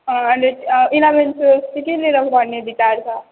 अँ अन्त eleven twelve चाहिँ के लिएर पढ्ने विचार छ